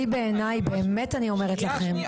באמת אני אומרת לכם,